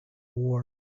wars